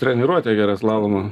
treniruotė gera slalomo